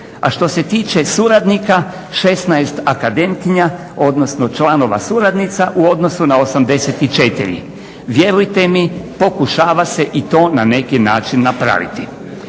A što se tiče suradnika 16 akademkinja odnosno članova suradnica u odnosu na 84. Vjerujte mi pokušava se i to na neki način napraviti.